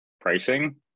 pricing